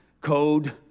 code